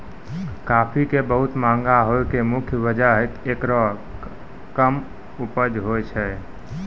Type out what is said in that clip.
काफी के बहुत महंगा होय के मुख्य वजह हेकरो कम उपज होय छै